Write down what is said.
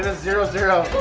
ah zero zero.